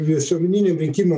visuomeniniam rinkimų